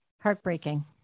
Heartbreaking